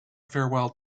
farewell